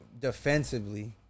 defensively